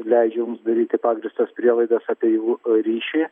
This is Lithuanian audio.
leidžia jums daryti pagrįstas prielaidas apie jų ryšį